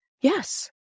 yes